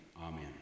amen